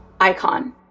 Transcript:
icon